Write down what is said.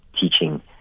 teaching